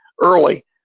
early